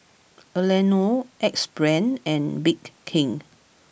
Anello Axe Brand and Bake King